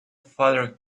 father